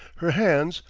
her hands,